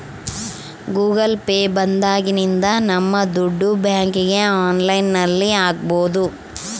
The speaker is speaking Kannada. ಗೂಗಲ್ ಪೇ ಬಂದಾಗಿನಿಂದ ನಮ್ ದುಡ್ಡು ಬ್ಯಾಂಕ್ಗೆ ಆನ್ಲೈನ್ ಅಲ್ಲಿ ಹಾಕ್ಬೋದು